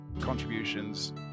contributions